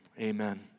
amen